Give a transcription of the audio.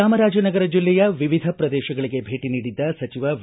ಚಾಮರಾಜನಗರ ಜಿಲ್ಲೆಯ ವಿವಿಧ ಪ್ರದೇಶಗಳಿಗೆ ಭೇಟಿ ನೀಡಿದ್ದ ಸಚಿವ ವಿ